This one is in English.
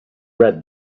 read